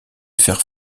faire